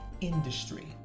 industry